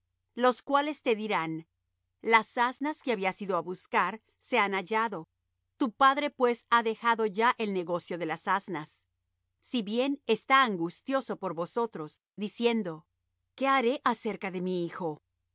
los cuales te dirán las asnas que habías ido á buscar se han hallado tu padre pues ha dejado ya el negocio de las asnas si bien está angustioso por vosotros diciendo qué haré acerca de mi hijo